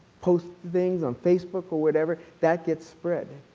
post things on facebook or whatever, that gets spread.